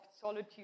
Solitude